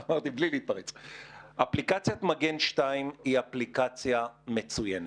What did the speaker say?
אפליקציית מגן 2 היא אפליקציה מצוינת.